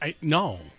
No